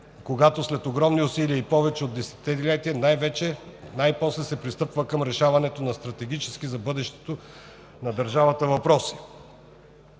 когато след огромни усилия и повече от десетилетие най-после се пристъпва към решаването на стратегически за бъдещето на държавата въпроси.